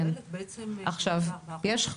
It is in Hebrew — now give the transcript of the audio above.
היא פועלת שלושה-ארבעה חודשים,